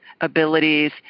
abilities